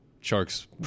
Sharks